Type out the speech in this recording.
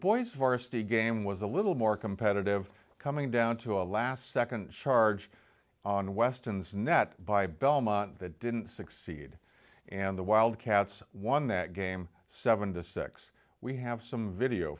the game was a little more competitive coming down to a last nd charge on weston's net by belmont that didn't succeed in the wildcats won that game seven to six we have some video